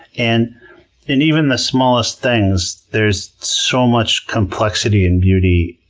and in even the smallest things, there's so much complexity and beauty.